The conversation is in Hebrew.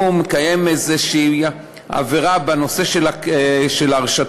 אם הוא עובר איזו עבירה בנושא של הרשתות.